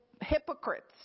Hypocrites